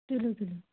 تُلِو تُلِو